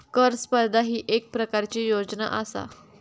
कर स्पर्धा ही येक प्रकारची योजना आसा